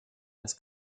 las